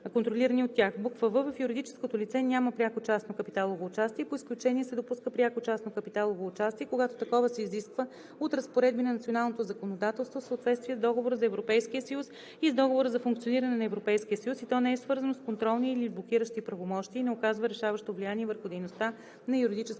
контролирани от тях; в) в юридическото лице няма пряко частно капиталово участие; по изключение се допуска пряко частно капиталово участие, когато такова се изисква от разпоредби на националното законодателство в съответствие с Договора за Европейския съюз и с Договора за функциониране на Европейския съюз и то не е свързано с контролни или блокиращи правомощия, и не оказва решаващо влияние върху дейността на юридическото